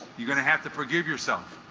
you're gonna have to forgive yourself